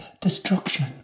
destruction